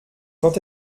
quand